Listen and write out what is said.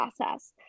process